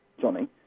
Johnny